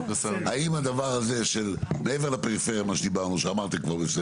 האם הדבר הזה, מעבר לפריפריה שדיברנו, שאמרתי גם.